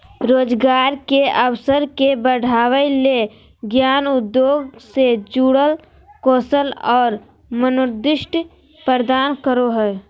रोजगार के अवसर के बढ़ावय ले ज्ञान उद्योग से जुड़ल कौशल और मनोदृष्टि प्रदान करो हइ